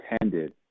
intended